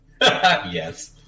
Yes